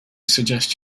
suggest